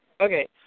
Okay